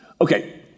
Okay